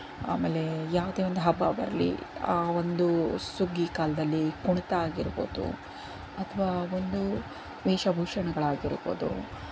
ಆಮೆಲೇ ಯಾವುದೇ ಒಂದು ಹಬ್ಬ ಬರಲಿ ಒಂದು ಸುಗ್ಗಿ ಕಾಲದಲ್ಲಿ ಕುಣಿತ ಆಗಿರ್ಬೋದು ಅಥವಾ ಒಂದು ವೇಷಭೂಷಣಗಳಾಗಿರ್ಬೋದು